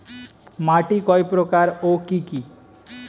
মাটি কয় প্রকার ও কি কি?